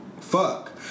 fuck